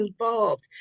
involved